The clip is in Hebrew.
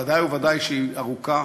ודאי וודאי כשהיא ארוכה,